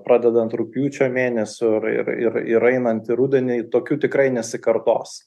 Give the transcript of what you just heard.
pradedant rugpjūčio mėnesiu ir ir ir ir einant į rudenį tokių tikrai nesikartos